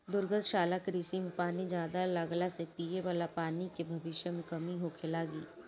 दुग्धशाला कृषि में पानी ज्यादा लगला से पिये वाला पानी के भविष्य में कमी होखे लागि